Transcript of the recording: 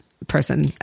person